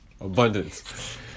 Abundance